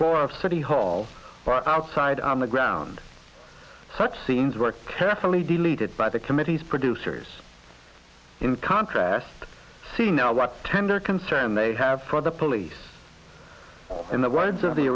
floor of city hall or outside on the ground such scenes work carefully deleted by the committee's producers in contrast see now what tender concern they have product police in the words of the